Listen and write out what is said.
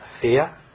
fear